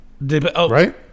Right